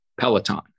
Peloton